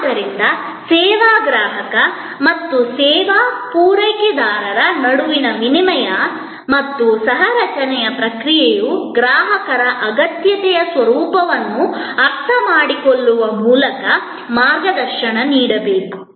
ಆದ್ದರಿಂದ ಸೇವಾ ಗ್ರಾಹಕ ಮತ್ತು ಸೇವಾ ಪೂರೈಕೆದಾರರ ನಡುವಿನ ವಿನಿಮಯ ಮತ್ತು ಸಹ ರಚನೆಯ ಪ್ರಕ್ರಿಯೆಯು ಗ್ರಾಹಕರ ಅಗತ್ಯತೆಯ ಸ್ವರೂಪವನ್ನು ಅರ್ಥಮಾಡಿಕೊಳ್ಳುವ ಮೂಲಕ ಮಾರ್ಗದರ್ಶನ ನೀಡಬೇಕು